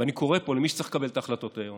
ואני קורא פה למי שצריך לקבל את ההחלטות היום